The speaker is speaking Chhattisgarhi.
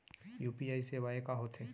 यू.पी.आई सेवाएं का होथे